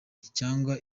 cyangwa